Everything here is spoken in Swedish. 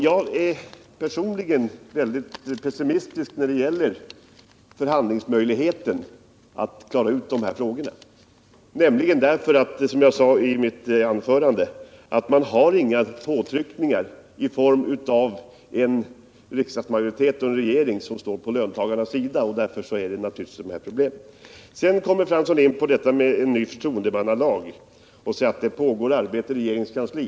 Jag är personligen mycket pessimistisk när det gäller möjligheten att förhandlingsvägen klara de här frågorna. Det finnns inte, som jag sade i mitt tidigare anförande, några påtryckningsmedel i form av en riksdagsmajoritet och en regering som står på löntagarnas sida. Sedan kommer Arne Fransson in på frågan om en ny förtroendemannalag och talar om att det pågår ett sådant arbete i regeringens kansli.